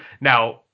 Now